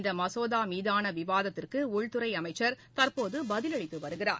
இந்த மசோதா மீதான விவாதத்திற்கு உள்துறை அமைச்சர் தற்போது பதிலளித்து வருகிறார்